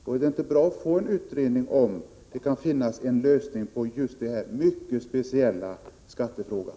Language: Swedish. Och är det inte bra att få en utredning som visar om det kan finnas en lösning på just den här mycket speciella skattefrågan?